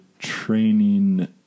training